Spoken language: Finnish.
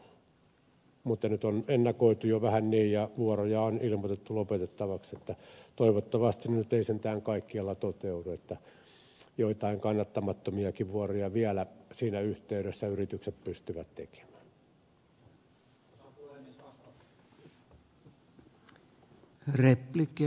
jos väki loppuu niin se loppuu mutta nyt on ennakoitu jo vähän niin ja vuoroja on ilmoitettu lopetettavaksi että toivottavasti nyt ei sentään kaikkialla toteudu että joitain kannattamattomiakin vuoroja vielä siinä yhteydessä yritykset pystyvät tekemään